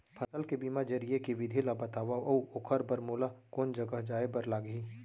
फसल के बीमा जरिए के विधि ला बतावव अऊ ओखर बर मोला कोन जगह जाए बर लागही?